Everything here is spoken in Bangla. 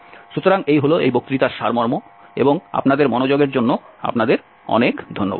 সুতরাং এই হল এই বক্তৃতার সারমর্ম এবং আপনাদের মনোযোগের জন্য আপনাদের অনেক ধন্যবাদ